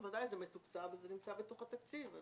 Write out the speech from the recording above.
בוודאי, זה מתוקצב וזה נמצא בתוך התקציב.